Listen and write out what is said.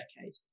decade